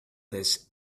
this